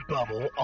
Bubble